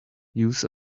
use